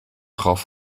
gaf